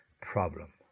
problem